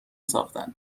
ساختن